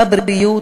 בבריאות,